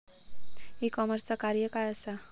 E कॉमर्सचा कार्य काय असा?